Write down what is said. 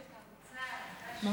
איזה חרוצה היא, משהו.